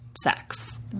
sex